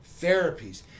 therapies